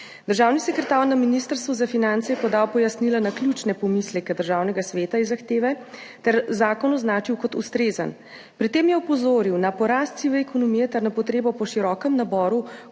Državni sekretar Ministrstva za finance je podal pojasnila na ključne pomisleke Državnega sveta iz zahteve ter zakon označil kot ustrezen. Pri tem je opozoril na porast sive ekonomije ter na potrebo po širokem naboru